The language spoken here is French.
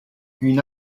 une